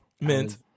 Mint